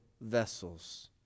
vessels